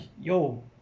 yo